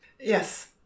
Yes